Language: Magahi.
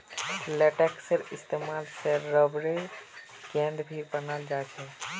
लेटेक्सेर इस्तेमाल से रबरेर गेंद भी बनाल जा छे